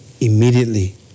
immediately